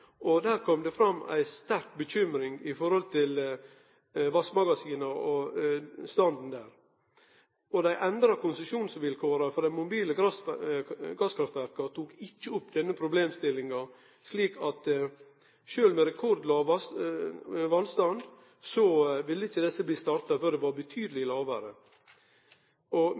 nyleg. Der kom det fram ei sterk bekymring i forhold til vassmagasina og vasstanden der. Dei endra konsesjonsvilkåra for dei mobile gasskraftverka tok ikkje vekk denne problemstillinga. Sjølv med rekordlåg vassstand ville ikkje dei mobile gasskraftverka bli starta opp før vasstanden var betydeleg